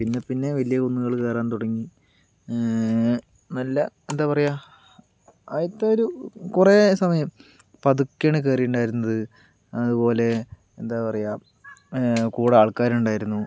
പിന്നെ പിന്നെ വലിയ കുന്നുകൾ കയറാൻ തുടങ്ങി നല്ല എന്താ പറയുക ആദ്യത്തെ ഒരു കുറേ സമയം പതുക്കെയാണ് കേറീണ്ടായിരുന്നത് അത് പോലെ എന്താ പറയുക കൂടെ ആൾക്കാരുണ്ടായിരുന്നു